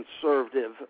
conservative